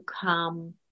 come